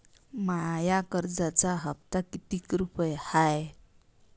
माया कर्जाचा हप्ता कितीक रुपये हाय?